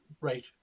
Right